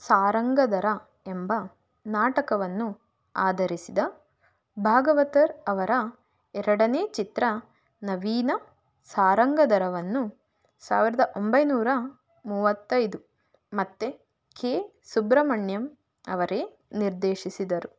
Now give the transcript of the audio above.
ಸಾರಂಗಧರ ಎಂಬ ನಾಟಕವನ್ನು ಆಧರಿಸಿದ ಭಾಗವತರ್ ಅವರ ಎರಡನೇ ಚಿತ್ರ ನವೀನ ಸಾರಂಗಧರವನ್ನು ಸಾವಿರದ ಒಂಬೈನೂರ ಮೂವತ್ತೈದು ಮತ್ತೆ ಕೆ ಸುಬ್ರಹ್ಮಣ್ಯಂ ಅವರೇ ನಿರ್ದೇಶಿಸಿದರು